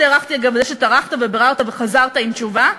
מאוד הערכתי את זה שטרחת וביררת וחזרת עם תשובה,